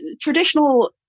Traditional